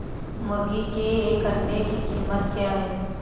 मुर्गी के एक अंडे की कीमत क्या है?